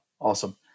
Awesome